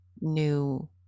new